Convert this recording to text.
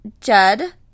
Judd